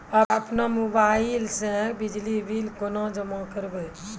अपनो मोबाइल से बिजली बिल केना जमा करभै?